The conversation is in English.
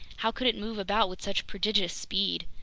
how could it move about with such prodigious speed?